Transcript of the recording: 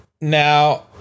Now